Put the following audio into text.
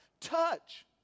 Touch